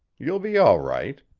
you'll be all right.